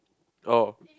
oh